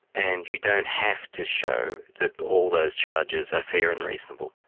and you don't have to show that all those charges are fair and reasonable.